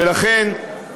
ולכן,